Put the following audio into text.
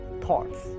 thoughts